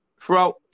throughout